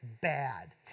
Bad